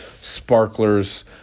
sparklers